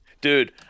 Dude